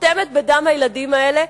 מוכתמת בדם הילדים האלה,